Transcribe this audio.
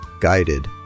guided